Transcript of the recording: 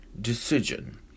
decision